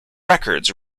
records